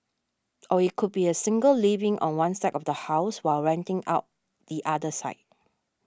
or it could be a single living on one side of the house while renting out the other side